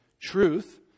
truth